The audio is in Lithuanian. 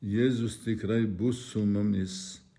jėzus tikrai bus su mumis